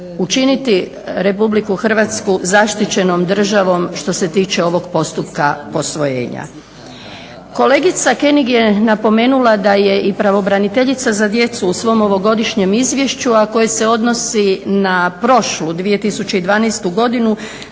učiniti Republiku Hrvatsku zaštićenom državom što se tiče ovog postupka posvojenja. Kolegica König je napomenula da je i pravobraniteljica za djecu u svom ovogodišnjem izvješću a koje se odnosi na prošlu 2012. godinu